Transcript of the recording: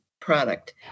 product